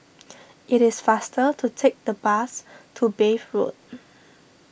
it is faster to take the bus to Bath Road